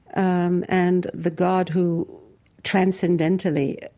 um and the god who transcendentally